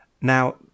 now